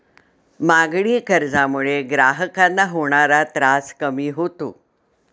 मागणी कर्जामुळे ग्राहकांना होणारा त्रास कमी होतो